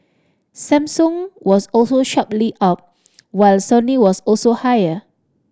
Samsung was also sharply up while Sony was also higher